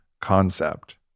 concept